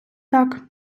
так